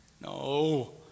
No